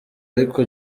ariko